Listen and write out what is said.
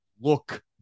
look